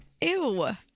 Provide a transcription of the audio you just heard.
Ew